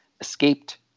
escaped